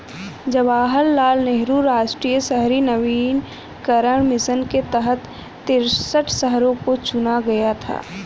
जवाहर लाल नेहरू राष्ट्रीय शहरी नवीकरण मिशन के तहत तिरेसठ शहरों को चुना गया था